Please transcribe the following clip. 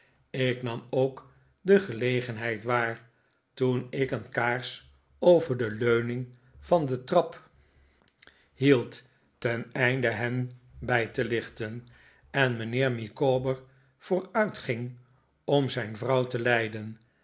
ik nam ook de gelegenheid waar toen ik een kaars over de leuning van de trap hield teneinde hen bij te lichten en mijnheer micawber vooruitging om zijn vrouw te leiden